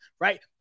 Right